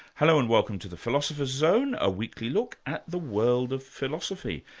hello, and welcome to the philosopher's zone, a weekly look at the world of philosophy.